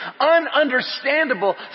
ununderstandable